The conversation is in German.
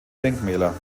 denkmäler